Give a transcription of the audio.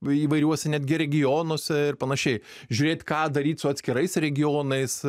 įvairiuose netgi regionuose ir panašiai žiūrėt ką daryt su atskirais regionais